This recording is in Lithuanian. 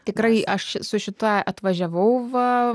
tikrai aš su šituo atvažiavau va